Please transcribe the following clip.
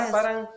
Parang